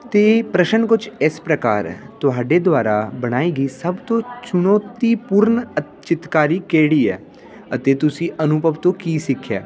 ਅਤੇ ਇਹ ਪ੍ਰਸ਼ਨ ਕੁਛ ਇਸ ਪ੍ਰਕਾਰ ਹੈ ਤੁਹਾਡੇ ਦੁਆਰਾ ਬਣਾਈ ਗਈ ਸਭ ਤੋਂ ਚੁਣੌਤੀਪੂਰਨ ਅ ਚਿੱਤਰਕਾਰੀ ਕਿਹੜੀ ਹੈ ਅਤੇ ਤੁਸੀਂ ਅਨੁਭਵ ਤੋਂ ਕੀ ਸਿੱਖਿਆ